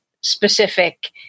specific